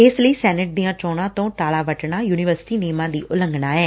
ਇਸ ਲਈ ਸੈਨੇਟ ਦੀਆਂ ਚੋਣਾਂ ਤੋਂ ਟਾਲਾ ਵੱਟਣਾ ਯੁਨਟੀਵਰਸਿਟੀ ਨੇਮਾਂ ਦੀ ਉਲੰਘਣਾ ਏ